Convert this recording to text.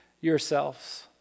yourselves